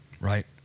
right